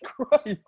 christ